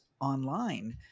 online